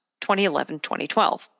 2011-2012